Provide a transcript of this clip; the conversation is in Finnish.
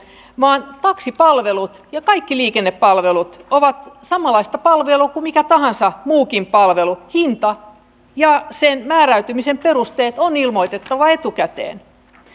vaan taksipalvelut ja kaikki liikennepalvelut ovat samanlaista palvelua kuin mikä tahansa muukin palvelu hinta ja sen määräytymisen perusteet on ilmoitettava etukäteen